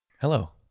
Hello